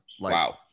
Wow